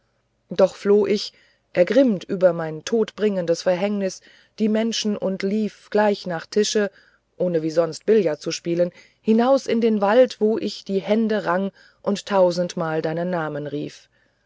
doch floh ich ergrimmt über mein todbringendes verhängnis die menschen und lief gleich nach tische ohne wie sonst billard zu spielen hinaus in den wald wo ich die hände rang und tausendmal deinen namen rief